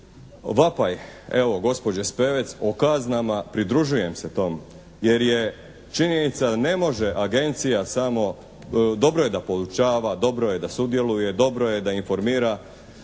vapaj evo gospođe Spevec o kaznama pridružujem se tom jer je činjenica ne može agencija samo, dobro je da podučava, dobro je da sudjeluje, dobro je da informira.